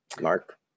Mark